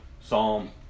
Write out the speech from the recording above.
Psalm